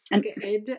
good